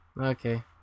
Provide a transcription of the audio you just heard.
okay